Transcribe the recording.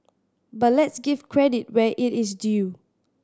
but let's give credit where it is due